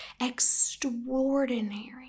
extraordinary